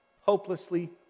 hopelessly